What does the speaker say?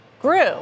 grew